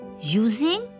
using